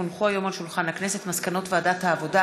כי הונחו היום על שולחן הכנסת מסקנות ועדת העבודה,